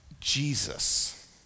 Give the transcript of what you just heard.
Jesus